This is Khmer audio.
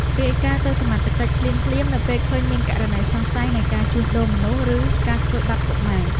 រាយការណ៍ទៅសមត្ថកិច្ចភ្លាមៗនៅពេលឃើញមានករណីសង្ស័យនៃការជួញដូរមនុស្សឬការធ្វើបាបកុមារ។